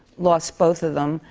lost both of them.